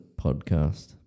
podcast